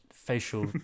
Facial